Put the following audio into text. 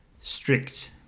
strict